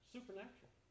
Supernatural